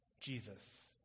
jesus